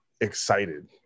excited